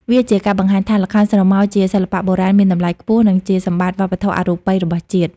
វាជាការបង្ហាញថា ល្ខោនស្រមោលជាសិល្បៈបុរាណមានតម្លៃខ្ពស់ និងជាសម្បត្តិវប្បធម៌អរូបីរបស់ជាតិ។